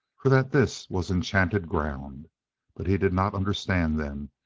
for that this was enchanted ground but he did not understand them,